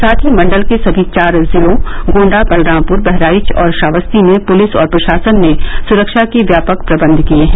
साथ ही मंडल के सभी चार जिलों गोंडा बलरामपुर बहराइच और श्रावस्ती में पुलिस और प्रशासन ने सुरक्षा के व्यापक प्रदंध किए हैं